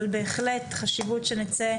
אבל בהחלט יש חשיבות שנצא,